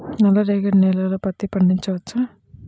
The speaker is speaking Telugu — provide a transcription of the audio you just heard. నల్ల రేగడి నేలలో పత్తి పండించవచ్చా?